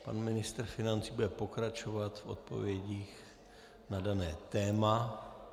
Pan ministr financí bude pokračovat v odpovědích na dané téma.